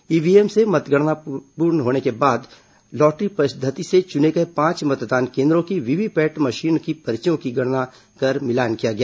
EVM से गणना पूर्ण होने के पश्चात बाद लॉटरी पद्वति से चुने गए पांच मतदान केंद्रों की वीवीपैट मशीन की पर्चियों की गणना कर मिलान किया गया